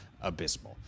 abysmal